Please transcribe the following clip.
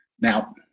Now